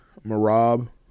Marab